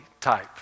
type